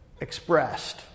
expressed